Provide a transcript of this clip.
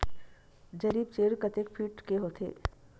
जरीब चेन कतेक फीट के होथे?